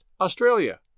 Australia